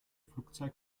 flugzeit